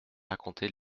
raconter